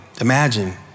Imagine